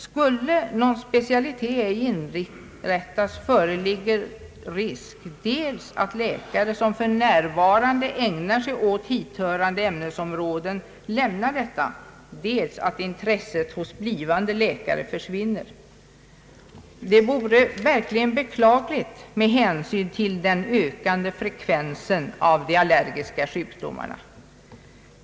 Skulle någon specialitet ej inrättas, föreligger risk dels att läkare som för närvarande ägnar sig åt hithörande ämnesområden lämnar dessa, dels att intresset hos blivande läkare försvinner. Det vore verkligen beklagligt med hänsyn till den ökande frekvensen av de allergiska sjukdomarna.